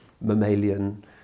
mammalian